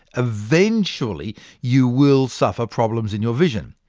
eventually you will suffer problems in your vision.